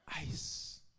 Ice